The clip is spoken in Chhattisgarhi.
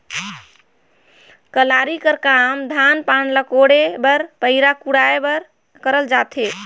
कलारी कर काम धान पान ल कोड़े बर पैरा कुढ़ाए बर करल जाथे